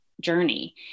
journey